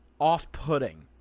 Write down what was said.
off-putting